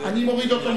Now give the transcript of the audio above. מה?